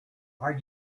are